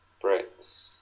Bricks